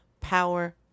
power